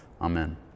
Amen